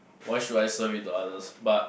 why should I serve it to others but